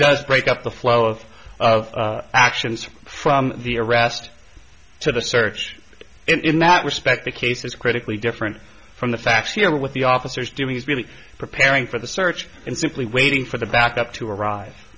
does break up the flow of of actions from the arrest to the search in that respect the case is critically different from the facts here with the officers doing is really preparing for the search and simply waiting for the backup to arrive